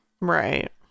Right